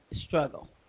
struggle